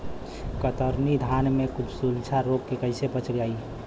कतरनी धान में झुलसा रोग से कइसे बचल जाई?